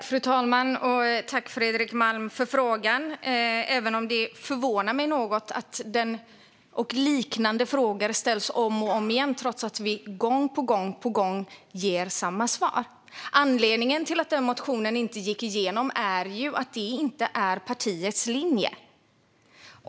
Fru talman! Tack, Fredrik Malm, för frågan, även om det förvånar mig något att denna och liknande frågor ställs om och om igen trots att vi gång på gång ger samma svar. Anledningen till att motionen inte gick igenom är att detta inte är partiets linje.